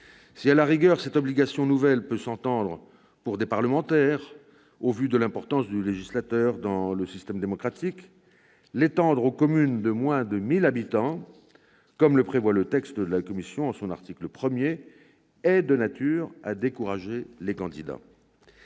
effet, si cette obligation nouvelle peut s'entendre à la rigueur pour l'élection des parlementaires, au vu de l'importance du législateur dans le système démocratique, l'étendre aux communes de moins de 1 000 habitants, comme le prévoit le texte de la commission en son article 1, est de nature à décourager les candidats.